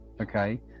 okay